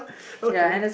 okay